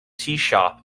teashop